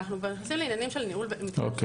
אנחנו כבר נכנסים לעניינים של ניהול אסירים.